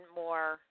more